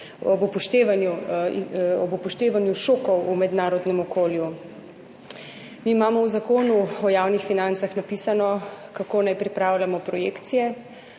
ob upoštevanju šokov v mednarodnem okolju. Mi imamo v Zakonu o javnih financah napisano kako naj pripravljamo projekcije